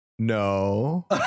No